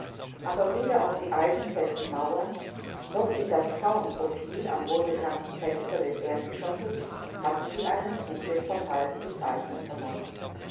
aber weder auf die eisenfesten mauern noch in das frauenprofil am wohlbekannten fenster des erdgeschosses hatten sie einen zug des verfalles zu zeichnen vermocht